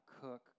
cook